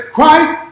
Christ